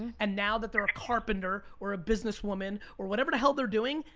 and now that they're a carpenter or a business woman, or whatever the hell they're doing,